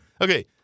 okay